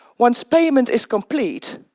once payment is complete,